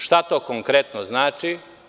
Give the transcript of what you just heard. Šta to konkretno znači?